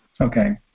Okay